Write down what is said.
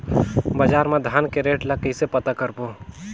बजार मा धान के रेट ला कइसे पता करबो?